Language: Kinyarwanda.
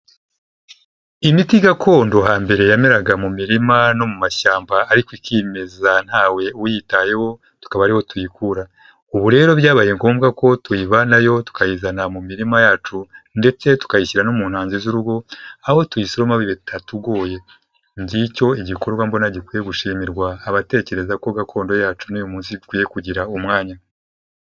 Imiti gakondo hambere yameraga mu mirima no mu mashyamba ariko ikimeza ntawe uyitayeho tukaba ariho tuyikura, ubu rero byabaye ngombwa ko tuyivanayo tukayizana mu mirima yacu, ndetse tukayishyira no mu ntanzi z'urugo, aho tuyisiromo bitatugoye, ngicyo igikorwa mbona gikwiye gushimirwa, abatekereza ko gakondo yacu n'uyu munsi ikwiye kugira umwanya.